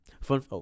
Fun